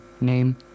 name